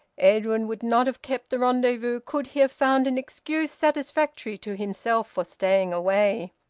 edwin would not have kept the rendezvous could he have found an excuse satisfactory to himself for staying away.